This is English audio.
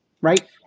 right